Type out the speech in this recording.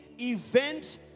event